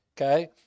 okay